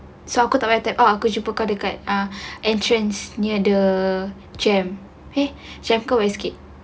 so aku tak payah type saya jumpa kau dekat entrance near the jem okay check kau lebih sikit